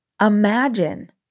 imagine